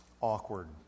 awkward